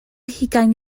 hugain